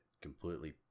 completely